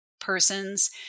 persons